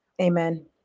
Amen